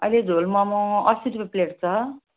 अहिले झोल मम अस्सी रुपियाँ प्लेट छ